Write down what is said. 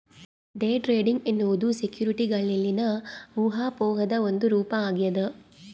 day trading ಎನ್ನುವುದು ಸೆಕ್ಯುರಿಟಿಗಳಲ್ಲಿನ ಊಹಾಪೋಹದ ಒಂದು ರೂಪ ಆಗ್ಯದ